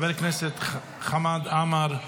חבר הכנסת חמד עמאר,